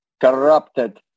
corrupted